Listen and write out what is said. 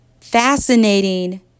fascinating